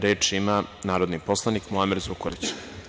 Reč ima narodni poslanik Muamer Zukorlić.